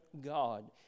God